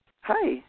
Hi